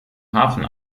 hafen